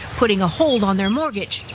putting a hold on their mortgage,